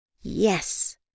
Yes